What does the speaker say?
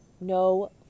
No